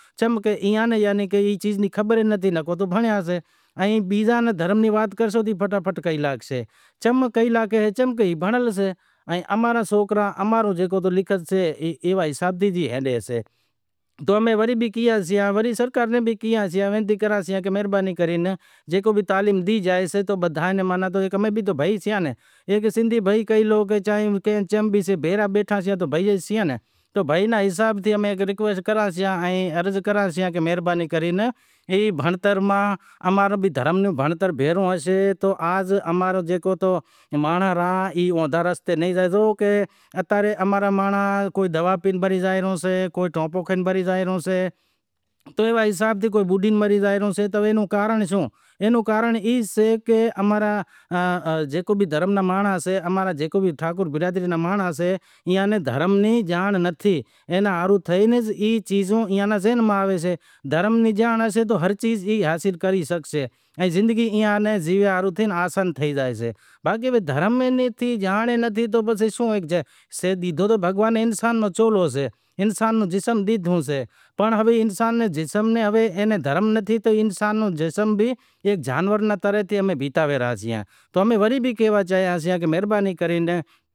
تمیں سندہی جیکو بھی سئہ پنہنجو ریت رسم کرئے سے، امیں جیکو وڈیارا قوم سئے ای اکثر کرے جیکو لیڈیز سے او ساڑہی وگیرا پہرے سئے جیکو مرد سئے او اچھو وگو پہرے سئے، گھوٹ ناں بی امیں اچھو دھورو وگو ای پہراہوے پسے بیزو سہرو باندہے پرنڑانونڑ لی زایساں پسے ای ریت رسم سئے جیکو بھی سئے چار پھیرا اماں میں تھائسیں، وڈیارا قوم میں چار پھیرا جیکو تھائیسیں۔ چار پھیرا تھئی رہیسیں پسے چار پھیرا ہالے پسے جیکو بی سئے این دھوڑو دہاگو وگیرا جیکو بھی سئے باندھیو زائیشے، باندی پسے ایئے ناں سیڑے پاسے مانڈوو تھائیسے، مانڈوو تھائی سیڑے پسے وری امیں مانڈوو تھے پسے امیں سوکری ناں پسے میکے سئہ، میکے ناں پسے وڑے زائے رو، آوے سے مائیٹاں میں ہاریاں میں، ٹھیک اے ناں۔ ائنا علاوہ پسے ورے پسے آوے پسے منتر وگیرہ جیکو بی سے دہوڑا وگیرا جیکو بی سے کھولاواں سیں۔ ان بیزی وات ای سے کی اماں رو جیکو دیواری رو تہوار آوے تھے دیواری رو تہوار ای سے کہ چوڈنہن سال جیکو امارا رام جیکو سے بنواس جاتا۔ رام جیکو ہتا اے ہمارا بنواس زاتا اینی وجہ تی امیں دیواری مناووی زائیشے، دیواری مناویساں، ہولی سے جیکو ہولکا نیں ماری تھیں۔ انے ہولی رنگانڑو تھی، ہولی رو تہوار مناوو زائیسے۔ خاص کرے امیں جیکو بی سئے ویواہ اندر ہمارو ای سسٹم ہلے سئے کہ ہمیں پہری وات ای کہ پہری شروع شروع میں آگے تھئاسی۔ اگیا تھائے سیڑے پسے ورے لگن پتری روانی کراں، لگن پتری ڈے سیڑے پسے ورے